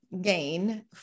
gain